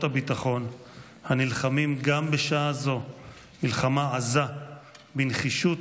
הביטחון הנלחמים גם בשעה זו מלחמה עזה בנחישות,